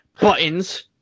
buttons